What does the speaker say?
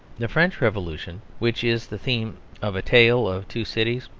the french revolution, which is the theme of a tale of two cities,